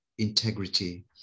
Integrity